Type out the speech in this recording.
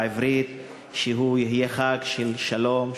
בעברית: שהוא יהיה חג של שלום,